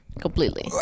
completely